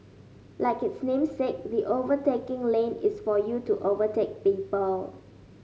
like its namesake the overtaking lane is for you to overtake people